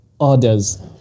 others